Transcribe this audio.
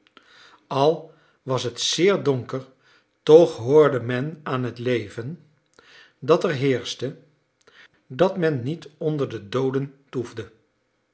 al was het zeer donker toch hoorde men aan het leven dat er heerschte dat men niet onder de